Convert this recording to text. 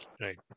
Right